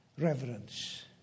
reverence